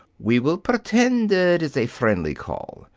we will pretend it is a friendly call.